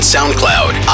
SoundCloud